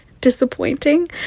disappointing